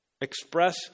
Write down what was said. Express